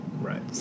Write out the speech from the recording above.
Right